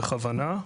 בכוונה,